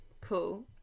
cool